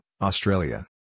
Australia